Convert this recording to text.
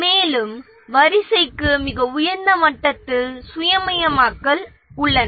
மேலும் தேவைகளின் வரிசைமுறையில் மிக உயர்ந்த மட்டத்தில் சுய மெய்நிகராக்கம் உள்ளது